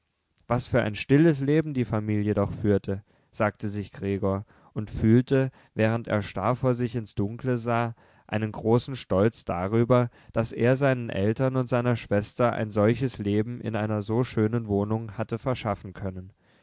was für ein stilles leben die familie doch führte sagte sich gregor und fühlte während er starr vor sich ins dunkle sah einen großen stolz darüber daß er seinen eltern und seiner schwester ein solches leben in einer so schönen wohnung hatte verschaffen können